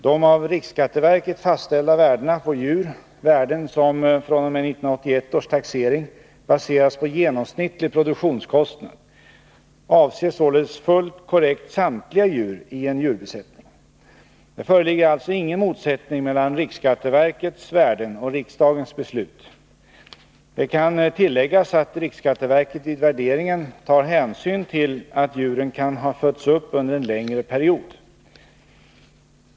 De av riksskatteverket fastställda värdena på djur — värden som fr.o.m. 1981 års taxering baseras på genomsnittlig produktionskostnad — avser således fullt korrekt samtliga djur i en djurbesättning. Det föreligger alltså ingen motsättning mellan riksskatteverkets värden och riksdagens beslut. Det kan tilläggas att riksskatteverket vid värderingen tar hänsyn till att djuren kan ha fötts upp under en längre period.